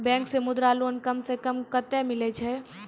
Bank से Mudra loan कम सऽ कम कतैय मिलैय छै?